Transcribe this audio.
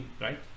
right